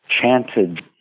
chanted